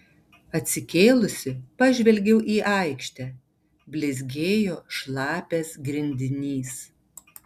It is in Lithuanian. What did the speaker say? atsikėlusi pažvelgiau į aikštę blizgėjo šlapias grindinys